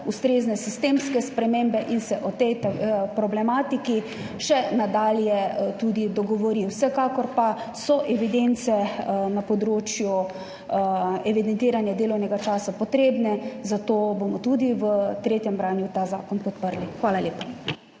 ustrezne sistemske spremembe in se o tej problematiki še nadalje tudi dogovori. Vsekakor pa so evidence na področju evidentiranja delovnega časa potrebne, zato bomo tudi v tretjem branju ta zakon podprli. Hvala lepa.